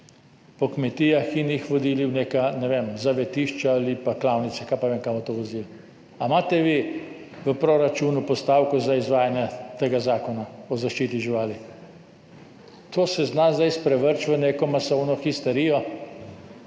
po kmetijah in jih vodili v neka, ne vem, zavetišča ali pa klavnice, kaj pa vem, kam boste to vozili. Ali imate vi v proračunu postavko za izvajanje tega zakona o zaščiti živali? To se zna zdaj sprevreči v neko masovno histerijo